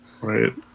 Right